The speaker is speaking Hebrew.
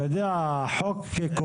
אתה יודע, לפעמים החוק קופץ